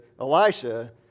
Elisha